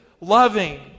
loving